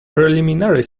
preliminary